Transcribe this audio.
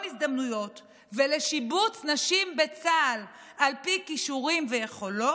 הזדמנויות ולשיבוץ נשים בצה"ל על פי כישורים ויכולות,